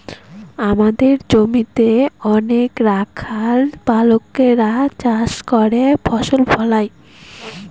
আমাদের জমিতে অনেক রাখাল বালকেরা চাষ করে ফসল ফলায়